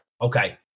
Okay